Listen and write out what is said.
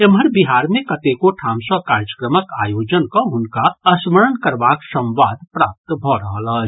एम्हर बिहार मे कतेको ठाम सँ कार्यक्रमक आयोजन कऽ हुनका स्मरण करबाक संवाद प्राप्त भऽ रहल अछि